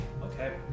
Okay